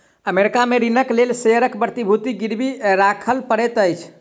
America में ऋणक लेल शेयरक प्रतिभूति गिरवी राखय पड़ैत अछि